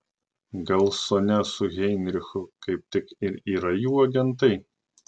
gal sonia su heinrichu kaip tik ir yra jų agentai